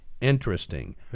Interesting